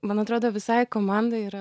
man atrodo visai komandai yra